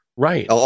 Right